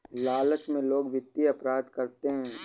लालच में लोग वित्तीय अपराध करते हैं